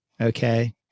okay